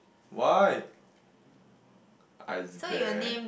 why ice bear